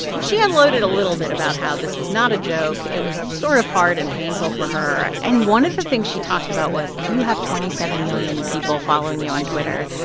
she unloaded a little bit about how this was not a joke. it was sort of hard and painful for her. and one of the things she talked about was, if you have twenty seven million people following you on twitter,